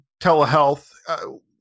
telehealth